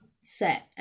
set